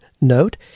note